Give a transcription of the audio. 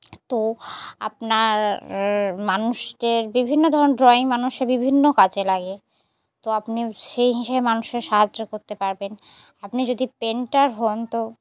তো আপনার মানুষদের বিভিন্ন ধরনের ড্রয়িং মানুষের বিভিন্ন কাজে লাগে তো আপনি সেই হিসেবে মানুষের সাহায্য করতে পারবেন আপনি যদি পেইন্টার হন তো